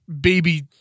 baby